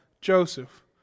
Joseph